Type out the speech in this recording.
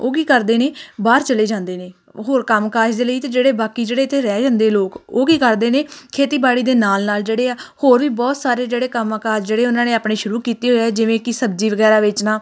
ਉਹ ਕੀ ਕਰਦੇ ਨੇ ਬਾਹਰ ਚਲੇ ਜਾਂਦੇ ਨੇ ਹੋਰ ਕੰਮ ਕਾਜ ਦੇ ਲਈ ਅਤੇ ਜਿਹੜੇ ਬਾਕੀ ਜਿਹੜੇ ਇੱਥੇ ਰਹਿ ਜਾਂਦੇ ਲੋਕ ਉਹ ਕੀ ਕਰਦੇ ਨੇ ਖੇਤੀਬਾੜੀ ਦੇ ਨਾਲ ਨਾਲ ਜਿਹੜੇ ਆ ਹੋਰ ਵੀ ਬਹੁਤ ਸਾਰੇ ਜਿਹੜੇ ਕੰਮ ਕਾਜ ਜਿਹੜੇ ਉਹਨਾਂ ਨੇ ਆਪਣੇ ਸ਼ੁਰੂ ਕੀਤੀ ਹੋਏ ਆ ਜਿਵੇਂ ਕਿ ਸਬਜ਼ੀ ਵਗੈਰਾ ਵੇਚਣਾ